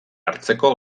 hartzeko